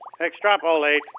Extrapolate